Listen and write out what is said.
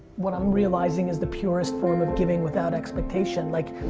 what i'm realizing is the purest form of giving without expectation. like,